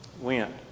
went